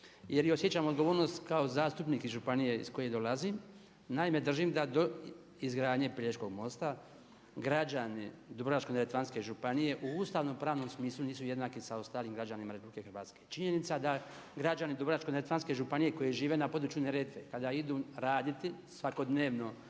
jer osjećam odgovornost kao zastupnik iz županije iz koje dolazim. Naime, držim da do izgradnje Pelješkog mosta građani Dubrovačko-neretvanske županije u ustavnopravnom smislu nisu jednaki sa ostalim građanima RH. Činjenica da građani Dubrovačko-neretvanske županije koji žive na području Neretve kada idu raditi svakodnevno